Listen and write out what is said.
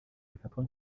zifatwa